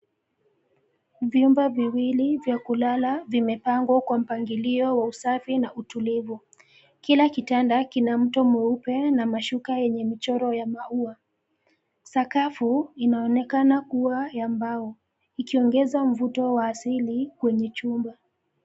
Viumba viwili vya kulala vimepangwa kwa mpangilio wa usafi na utulivu. Kila kitanda kina mto mweupe na mashuka yenye michoro ya maua. Sakafu inaonekana kuwa yenye mbao; ikiongeza mvuto wa asili wa chumba.